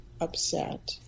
upset